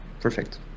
perfect